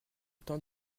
temps